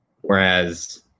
Whereas